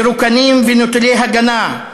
מרוקנים ונטולי הגנה.